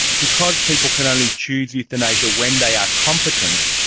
because people can only choose euthanasia when they are competent,